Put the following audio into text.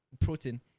protein